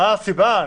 מה הסיבה?